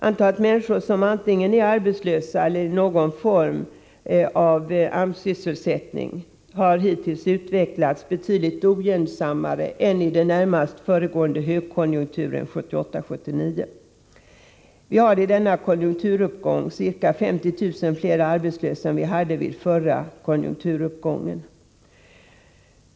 Antalet människor som antingen är arbetslösa eller i någon form av AMS-sysselsättning har hittills utvecklats betydligt ogynnsammare än i den närmast föregående högkonjunkturen 1978-1979. Vi har i den nuvarande konjunkturuppgången ca 50 000 fler arbetslösa än vi hade under den förra konjunkturuppgången.